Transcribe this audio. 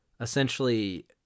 essentially